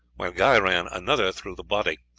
while guy ran another through the body.